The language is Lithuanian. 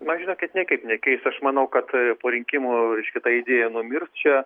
man žinokit niekaip nekeis aš manau kad po rinkimų reiškia ta idėja numirs čia